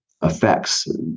affects